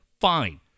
Fine